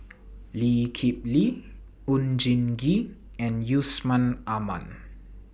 Lee Kip Lee Oon Jin Gee and Yusman Aman